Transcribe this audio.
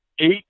Eight